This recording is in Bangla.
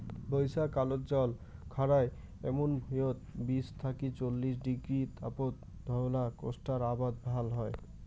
বইষ্যাকালত জল খাড়ায় এমুন ভুঁইয়ত বিশ থাকি চল্লিশ ডিগ্রী তাপত ধওলা কোষ্টার আবাদ ভাল হয়